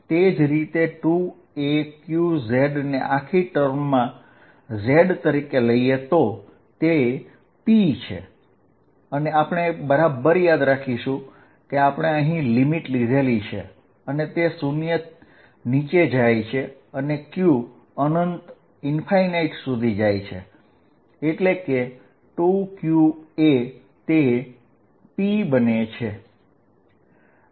તે જ રીતે 2aqz એ આખી ટર્મ p ના બરાબર છે અને આપણે બરાબર યાદ રાખીશું કે આપણે અહીં લિમીટ a0 અને q લીધેલી છે એટલે 2qap બને છે